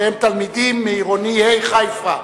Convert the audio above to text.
שהם תלמידים מעירוני ה' חיפה.